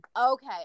Okay